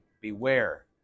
beware